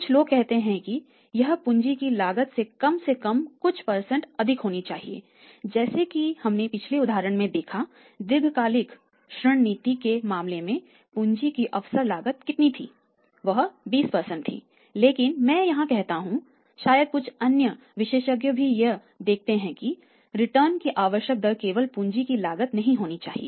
कुछ लोग कहते हैं कि यह पूंजी की लागत से कम से कम कुछ परसेंट अधिक होनी चाहिए जैसा कि हमने पिछले उदाहरण में देखा है दीर्घकालिक ऋण नीति के मामले में पूंजी की अवसर लागत कितनी थी यह 20 थी लेकिन मैं यहां कहता हूं या शायद कुछ अन्य विशेषज्ञ यह भी देखते हैं कि रिटर्न की आवश्यक दर केवल पूंजी की लागत नहीं होनी चाहिए